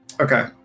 okay